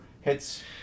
hits